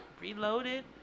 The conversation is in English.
reloaded